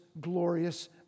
glorious